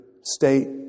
state